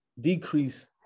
decrease